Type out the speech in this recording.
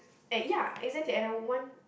and ya exactly and I would want